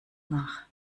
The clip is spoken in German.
nach